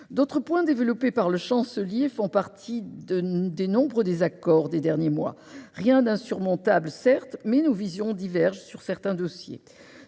D'autres points développés par le chancelier font partie des nombreux désaccords des derniers mois. Il n'y a rien d'insurmontable, certes, mais nos visions divergent sur certains dossiers.